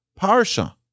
parsha